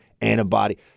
antibody